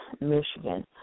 Michigan